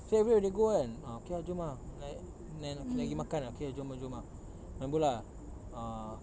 so everywhere they go kan ah okay lah jom ah like then okay lah pergi makan ah okay lah jom ah jom ah main bola ah